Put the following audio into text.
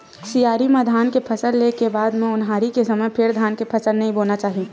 सियारी म धान के फसल ले के बाद म ओन्हारी के समे फेर धान के फसल नइ बोना चाही